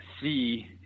see